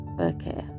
okay